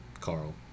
Carl